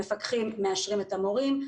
מפקחים מאשרים את המורים,